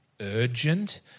urgent